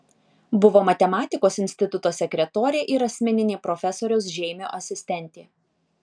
buvo matematikos instituto sekretorė ir asmeninė profesoriaus žeimio asistentė